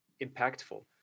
impactful